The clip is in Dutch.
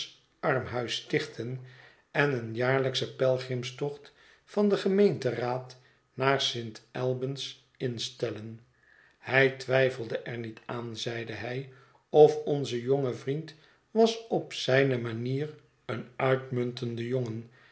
armhuis stichten en een jaarlijkschen pelgrimstocht van den gemeenteraad naar st albans instellen hij twijfelde er niet aan zeide hij of onze jonge vriend was op zijne manier een uitmuntende jongen